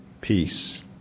peace